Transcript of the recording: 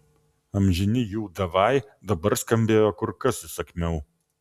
amžini jų davai dabar skambėjo kur kas įsakmiau